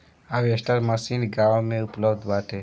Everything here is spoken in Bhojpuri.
हार्वेस्टर मशीन गाँव में उपलब्ध बाटे